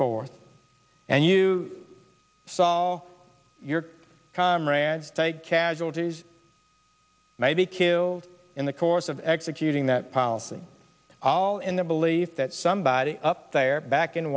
fourth and you saw your comrades take casualties maybe killed in the course of executing that policy all in the belief that somebody up there back in